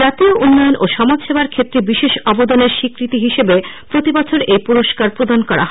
জাতীয় উন্নয়ন ও সমাজ সেবার ক্ষেত্রে বিশেষ অবদানের শ্বীকৃতি হিসেবে প্রতি বছর এই পুরস্কার প্রদান করা হয়